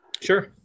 Sure